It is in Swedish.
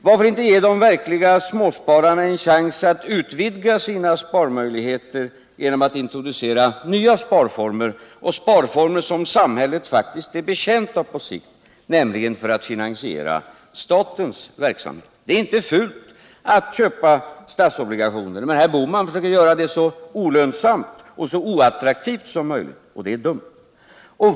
Varför inte ge de verkliga småspararna en chans alt utvidga sina sparmöjligheter genom att introducera nya sparformer, sparformer som samhället faktiskt är betjänt av på sikt, nämligen för att finansiera statens verksamhet? Det är inte fult att Köpa statsobligationer. Men herr Bohman försöker göra det så olönsamt och så oattraktivt som möjligt, vilket är dumt.